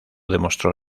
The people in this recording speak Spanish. demostró